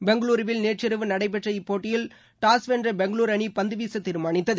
பெங்களுருவில் நேற்றிரவு நடைபெற்ற இப்போட்டியில் டாஸ் வென்ற பெங்களுரு அணி பந்து வீச தீர்மானித்தது